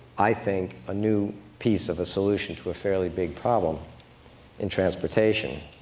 i think, a new piece of a solution to a fairly big problem in transportation.